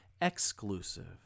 exclusive